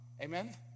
Amen